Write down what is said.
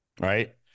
right